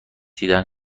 دیدن